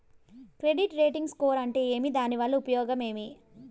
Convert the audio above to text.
Credit rating score అంటే ఏమి దాని వల్ల ఉపయోగం ఏమి?